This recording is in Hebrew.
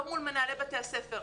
לא מול מנהלי בתי הספר,